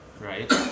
right